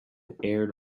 aired